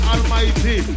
Almighty